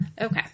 Okay